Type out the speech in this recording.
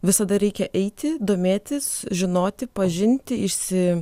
visada reikia eiti domėtis žinoti pažinti išsi